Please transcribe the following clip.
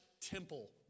temple